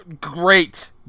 great